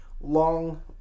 long